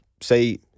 say